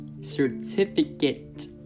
certificate